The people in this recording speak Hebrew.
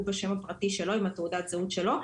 הוא בשם הפרטי שלו עם תעודת הזהות שלו.